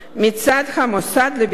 התנגדות מצד המוסד לביטוח לאומי.